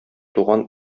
туган